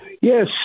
Yes